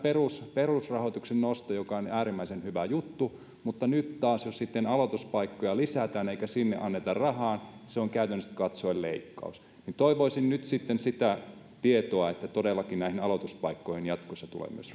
perusrahoituksen nosto joka on äärimmäisen hyvä juttu mutta nyt taas jos sitten aloituspaikkoja lisätään eikä sinne anneta rahaa se on käytännöllisesti katsoen leikkaus toivoisin nyt sitä tietoa että todellakin näihin aloituspaikkoihin jatkossa tulee myös